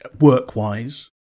work-wise